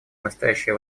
настоящее